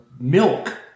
milk